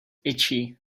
itchy